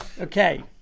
Okay